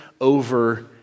over